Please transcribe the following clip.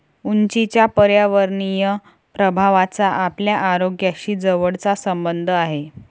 उंचीच्या पर्यावरणीय प्रभावाचा आपल्या आरोग्याशी जवळचा संबंध आहे